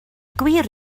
gwir